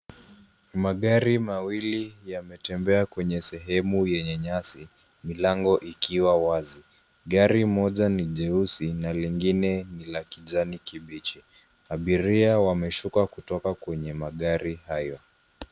Magari mawili yametembea kwenye sehemu yenye nyasi, milango ikiwa wazi. Gari moja ni jeusi na lingine ni la kijani kibichi. Abiria wameshuka kutoka kwenye magari hayo.